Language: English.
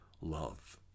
love